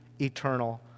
eternal